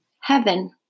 Heaven